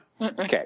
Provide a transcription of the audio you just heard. Okay